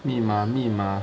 密码密码